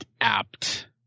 apt